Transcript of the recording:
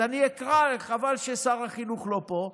אז אני אקרא, חבל ששר החינוך לא פה.